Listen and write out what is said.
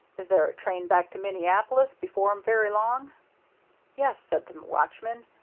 is there a train back to minneapolis before very long yes, says the watchman,